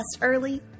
early